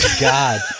God